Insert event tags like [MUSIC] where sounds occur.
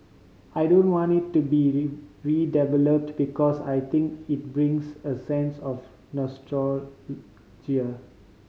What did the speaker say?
I don't want it to be redeveloped because I think it brings a sense of [UNINTELLIGIBLE]